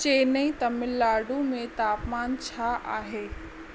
चेन्नई तमिलनाडु में तापमानु छा आहे